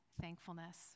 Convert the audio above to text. thankfulness